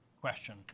question